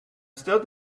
still